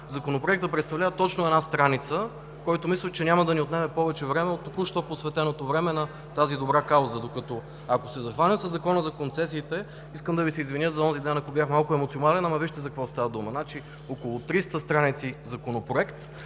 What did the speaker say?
Законопроектът представлява точно една страница, който мисля, че няма да ни отнеме повече време от току-що посветеното време на тази добра кауза. Докато, ако се захванем със Закона за концесиите – искам да Ви се извиня за онзи ден, ако бях малко емоционален, но вижте за какво става дума: около 300 страници Законопроект,